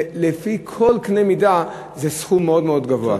זה לפי כל קנה מידה סכום מאוד מאוד גבוה.